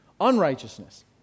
unrighteousness